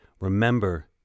remember